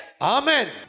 Amen